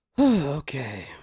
Okay